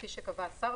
כפי שקבע השר,